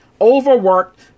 overworked